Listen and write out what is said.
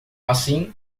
assim